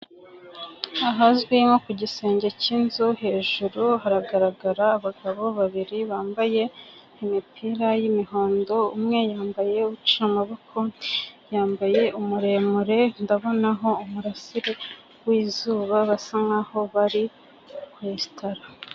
Ahazwi nko ku gisenge k'inzu hejuru haragaragara abagabo babiri bambaye imipira y'imihondo, umwe yambaye uhishe amaboko yambaye umuremure, ndabonaho umurasire w'izuba basa nk'aho bari kwesitara.